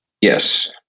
Yes